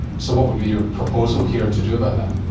so what would be your proposal here to do about that?